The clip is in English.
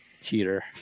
Cheater